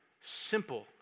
simple